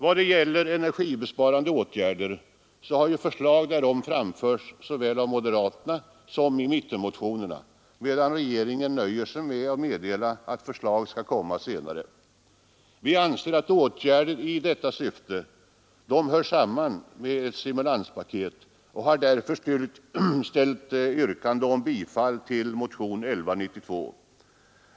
Förslag om energibesparande åtgärder har framförts såväl av moderaterna som i mittenmotionerna, medan regeringen nöjer sig med att meddela att förslag skall komma senare. Vi anser att åtgärder i detta syfte hör samman med ett stimulanspaket och har därför tillstyrkt motion 1192.